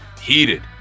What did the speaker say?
heated